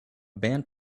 band